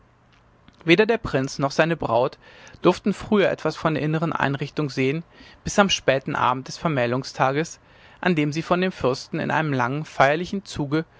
weder der prinz noch seine braut durften früher etwas von der inneren einrichtung sehen bis am späten abend des vermählungstages an dem sie von dem fürsten in einem langen feierlichen zuge